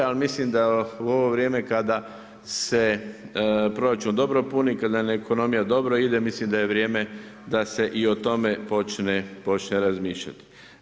Ali mislim da u ovo vrijeme kada se proračun dobro puni, kada nam ekonomija dobro ide mislim da je vrijeme da se i o tome počne razmišljati.